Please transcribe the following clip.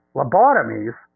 lobotomies